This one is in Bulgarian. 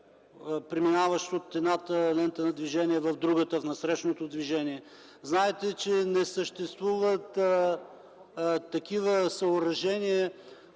преминаващи от едната лента на движение в другата, в насрещното движение. Знаете, че не съществуват съоръжения,